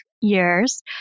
years